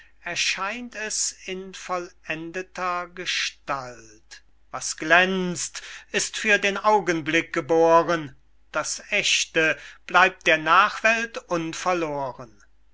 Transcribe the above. erscheint es in vollendeter gestalt was glänzt ist für den augenblick geboren das aechte bleibt der nachwelt unverloren